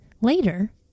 Later